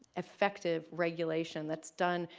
effective regulation that's done,